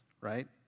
right